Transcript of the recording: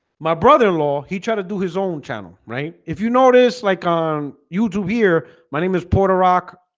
my brother-in-law he tried to do his own channel, right if you notice like on youtube here my name is porter rock,